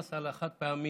מס על חד-פעמי,